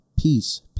Peace